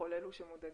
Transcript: לכל אלו שמודאגים.